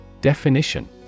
Definition